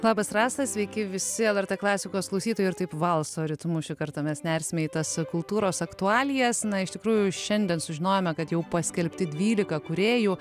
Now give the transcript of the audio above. labas rasa sveiki visi lrt klasikos klausytojai ir taip valso ritmu šį kartą mes nersime į tas kultūros aktualijas na iš tikrųjų šiandien sužinojome kad jau paskelbti dvylika kūrėjų